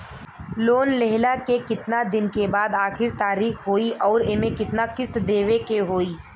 Loan लेहला के कितना दिन के बाद आखिर तारीख होई अउर एमे कितना किस्त देवे के होई?